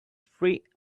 three